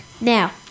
now